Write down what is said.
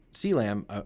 CLAM